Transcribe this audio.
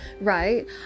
right